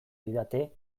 didate